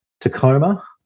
Tacoma